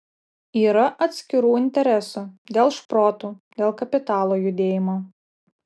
yra atskirų interesų dėl šprotų dėl kapitalo judėjimo